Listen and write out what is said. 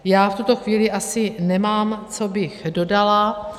Já v tuto chvíli asi nemám, co bych dodala.